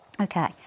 Okay